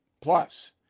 Plus